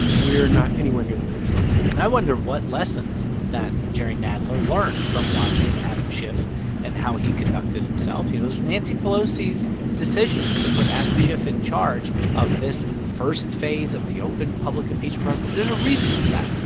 we're not anywhere near the finish line and i wonder what lessons that jerry nadler learned from watching adam schiff and how he conducted himself. you know, it was nancy pelosi's decision to put adam schiff in charge of this first phase of the open public impeachment process. there's a reason for that.